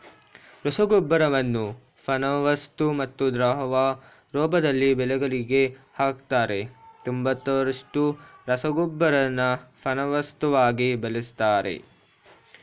ರಸಗೊಬ್ಬರವನ್ನು ಘನವಸ್ತು ಮತ್ತು ದ್ರವ ರೂಪದಲ್ಲಿ ಬೆಳೆಗಳಿಗೆ ಹಾಕ್ತರೆ ತೊಂಬತ್ತರಷ್ಟು ರಸಗೊಬ್ಬರನ ಘನವಸ್ತುವಾಗಿ ಬಳಸ್ತರೆ